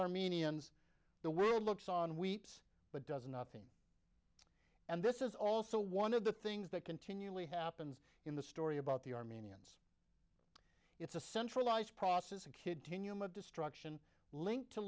armenians the world looks on weeps but doesn't nothing and this is also one of the things that continually happens in the story about the armenians it's a centralized process a kid to new mode destruction linked to